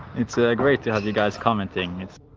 it's ah great to have you guys commenting it's